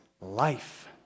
life